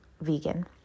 vegan